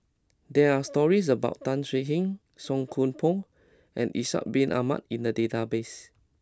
there are stories about Tan Swie Hian Song Koon Poh and Ishak Bin Ahmad in the database